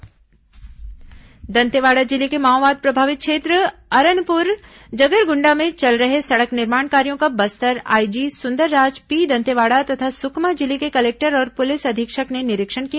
Bastar IG निरीक्षण दंतेवाड़ा जिले के माओवाद प्रभावित क्षेत्र अरनपुर जगरगुंडा में चल रहे सड़क निर्माण कार्यो का बस्तर आईजी सुंदरराज पी दंतेवाड़ा तथा सुकमा जिले के कलेक्टर और पुलिस अधीक्षक ने निरीक्षण किया